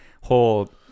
whole